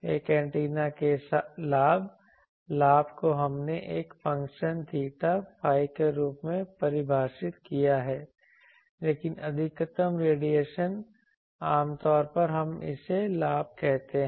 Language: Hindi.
एक एंटीना के लाभ लाभ को हमने एक फंक्शन थीटा phi के रूप में परिभाषित किया है लेकिन अधिकतम रेडिएशन आमतौर पर हम इसे लाभ कहते हैं